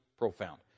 profound